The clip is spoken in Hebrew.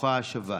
ברוכה השבה.